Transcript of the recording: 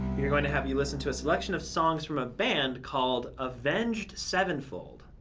we're going to have you listen to a selection of songs from a band called avenged sevenfold.